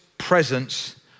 presence